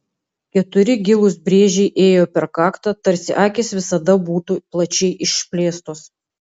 keturi gilūs brėžiai ėjo per kaktą tarsi akys visada būtų plačiai išplėstos